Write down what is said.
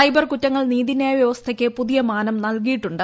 cyber കുറ്റങ്ങൾ നീത്വൂനിറ്റ്യൂ വൃവസ്ഥയ്ക്ക് പുതിയ മാനം നല്കിയിട്ടുണ്ട്